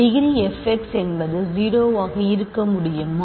degree fx என்பது 0 ஆக இருக்க முடியுமா